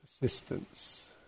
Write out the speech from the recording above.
Persistence